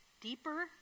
Deeper